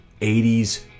80s